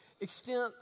extent